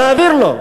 תעביר לו.